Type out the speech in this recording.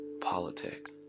politics